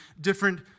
different